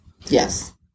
Yes